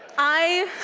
i